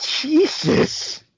Jesus